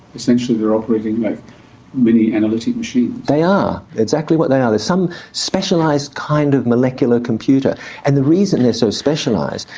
essentially they're operating like mini analytic machines. they are, that's exactly what they are. there's some specialised kind of molecular computer and the reason they're so specialised,